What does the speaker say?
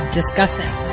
discussing